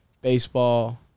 baseball